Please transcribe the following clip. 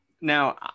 now